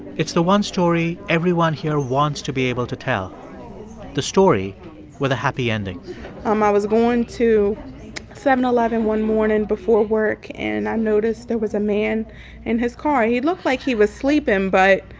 it's the one story everyone here wants to be able to tell the story with a happy ending um i was going to seven eleven one morning before work, and i noticed there was a man in his car. he looked like he was sleeping, but